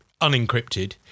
unencrypted